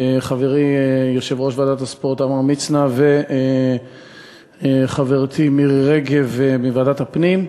חברי יושב-ראש ועדת הספורט עמרם מצנע וחברתי מירי רגב מוועדת הפנים,